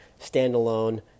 standalone